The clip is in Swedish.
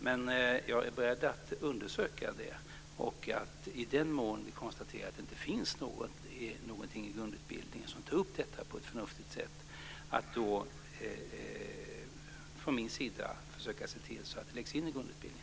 Men jag är beredd att undersöka det. Och om vi kan konstatera att man i grundutbildningen inte tar upp detta på ett förnuftigt sätt är jag från min sida beredd att försöka se till att det läggs in i grundutbildningen.